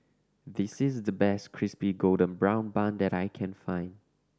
this is the best Crispy Golden Brown Bun that I can find